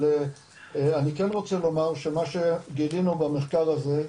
אבל אני כן רוצה לומר שמה שגילינו במחקר הזה,